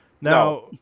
Now